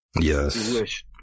Yes